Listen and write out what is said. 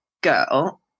girl